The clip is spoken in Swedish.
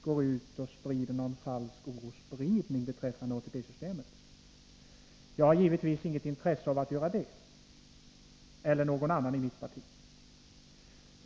Varken jag eller någon annan i mitt parti har givetvis något intresse av att göra det.